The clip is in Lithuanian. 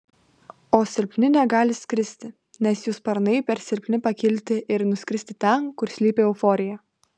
o silpni negali skristi nes jų sparnai per silpni pakilti ir nuskristi ten kur slypi euforija